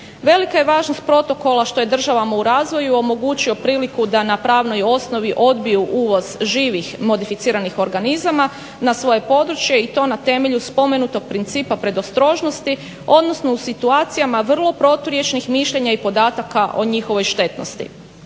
Velika je važnost protokola što je državama u razvoju omogućio priliku da na pravnoj osnovi odbiju uvoz živih modificiranih organizama na svoje područje i to na temelju spomenutog principa predostrožnosti odnosno u situacijama vrlo proturječnih mišljenja i podataka o njihovoj štetnosti.